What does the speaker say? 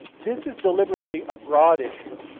this is deliberately a broad issue.